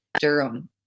Durham